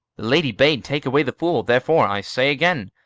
the lady bade take away the fool therefore, i say again,